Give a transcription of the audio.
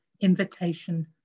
invitation